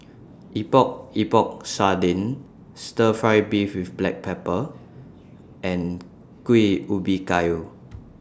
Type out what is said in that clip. Epok Epok Sardin Stir Fry Beef with Black Pepper and Kuih Ubi Kayu